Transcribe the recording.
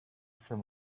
from